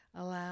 allow